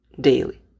daily